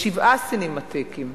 לשבעה סינמטקים.